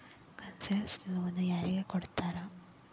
Concessional loan ಯಾರಿಗ್ ಕೊಡ್ತಾರ?